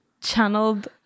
channeled